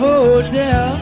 Hotel